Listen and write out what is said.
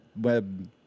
web